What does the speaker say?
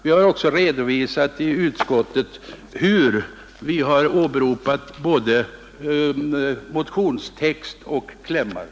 Vi har också i utskottet redovisat hur vi åberopat både motionstext och klämmar.